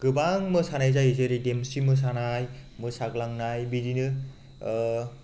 गोबां मोसानाय जायो जेरै देमसि मोसानाय मोसाग्लांनाय बिदिनो